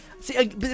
see